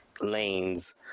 lanes